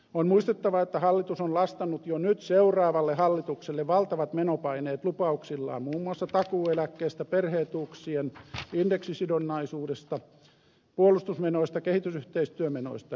on muistettava että hallitus on lastannut jo nyt seuraavalle hallitukselle valtavat menopaineet lupauksillaan muun muassa takuueläkkeestä perhe etuuksien indeksisidonnaisuudesta puolustusmenoista ja kehitysyhteistyömenoista